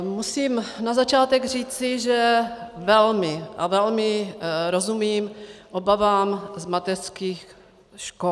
Musím na začátek říci, že velmi a velmi rozumím obavám z mateřských škol.